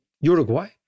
uruguay